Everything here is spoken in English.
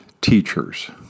teachers